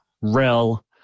Rel